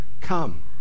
come